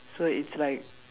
so it's like